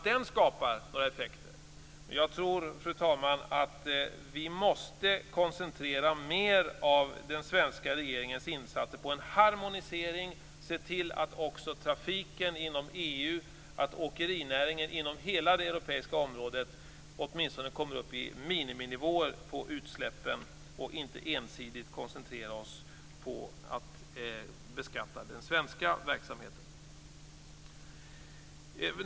Men jag tror, fru talman, att vi måste koncentrera mer av den svenska regeringens insatser på en harmonisering och se till att också trafiken inom EU, åkerinäringen inom hela det europeiska området, åtminstone kommer upp i miniminivåer på utsläppen, och inte ensidigt koncentrera oss på att beskatta den svenska verksamheten.